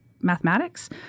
mathematics